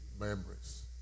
memories